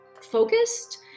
focused